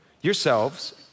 yourselves